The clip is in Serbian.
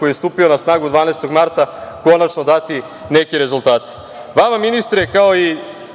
koji je stupio na snagu 12. marta, konačno dati neke rezultate. Vama ministre, kao i